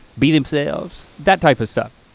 be themselves, that type of stuff.